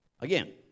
again